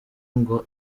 ngo